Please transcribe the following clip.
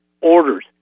orders